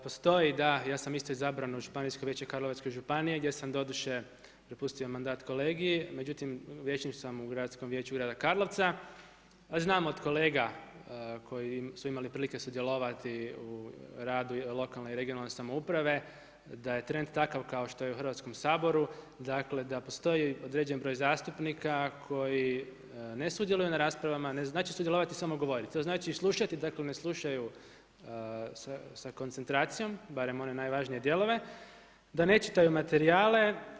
Postoji da, ja sam isto izabran od Županijskog vijeća Karlovačke županije gdje sam doduše prepustio mandat kolegi, međutim vijećnik sam u Gradskom vijeću grada Karlovca a znam od kolega koji su imali prilike sudjelovati u radu lokalne i regionalne samouprave da je trend takav kao što je u Hrvatskom saboru, dakle da postoji određeni broj zastupnika koji ne sudjeluje na raspravama, ne znači sudjelovati samo govoriti, to znači i slušati, dakle ne slušaju sa koncentracijom, barem one najvažnije dijelove, da ne čitaju materijale.